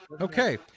Okay